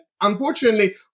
unfortunately